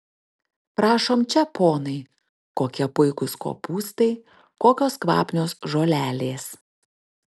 prašom čia ponai kokie puikūs kopūstai kokios kvapnios žolelės